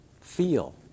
feel